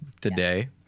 today